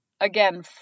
again